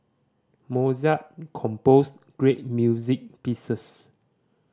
Mozart composed great music pieces